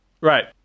Right